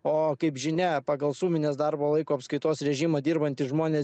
o kaip žinia pagal suminės darbo laiko apskaitos režimą dirbantys žmonės